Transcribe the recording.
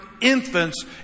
infants